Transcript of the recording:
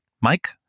Mike